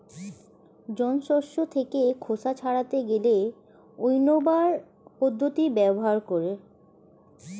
জন শস্য থেকে খোসা ছাড়াতে গেলে উইন্নবার পদ্ধতি ব্যবহার করে